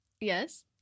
Yes